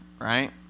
right